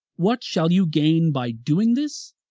what shall you gain by doing this?